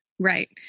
Right